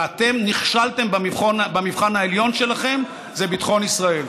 ואתם נכשלתם במבחן העליון שלכם, זה ביטחון ישראל.